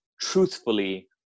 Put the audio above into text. truthfully